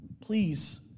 Please